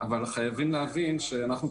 אבל חייבים להבין שאנחנו,